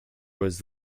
was